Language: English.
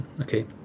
okay